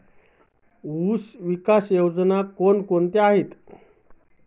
ऊसविकास योजना कोण कोणत्या आहेत?